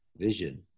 vision